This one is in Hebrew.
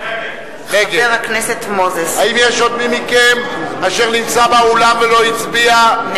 נגד האם יש עוד מי מכם אשר נמצא באולם ולא הצביע?